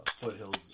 Foothill's